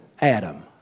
Adam